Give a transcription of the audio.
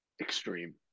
extreme